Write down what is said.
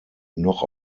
noch